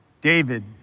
David